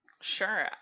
sure